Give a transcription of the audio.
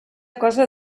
cosa